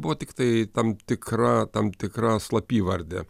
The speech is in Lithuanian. buvo tiktai tam tikra tam tikra slapyvardė